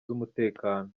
z’umutekano